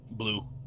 blue